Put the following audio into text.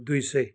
दुई सय